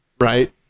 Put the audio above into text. right